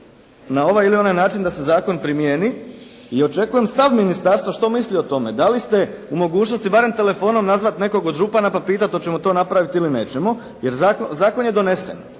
na ovaj ili onaj način da se zakon primijeni i očekujem stav ministarstva što misli o tome. Da li ste u mogućnosti barem telefonom nazvati nekoga od župana pa pitati hoćemo to napraviti ili nećemo jer zakon je donesen